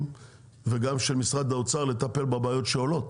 וגם של משרד האוצר לטפל בבעיות שעולות,